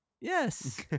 Yes